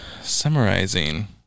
summarizing